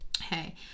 hey